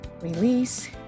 release